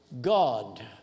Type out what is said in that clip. God